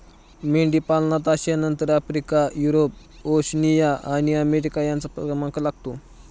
मेंढीपालनात आशियानंतर Africa, Europe, Oceania आणि अमेरिका यांचा क्रमांक लागतो